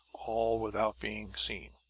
all without being seen.